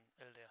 earlier